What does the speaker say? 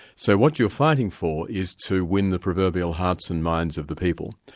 so what you're fighting for is to win the proverbial hearts and minds of the people.